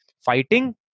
fighting